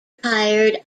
tired